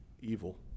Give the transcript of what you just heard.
evil